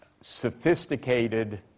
sophisticated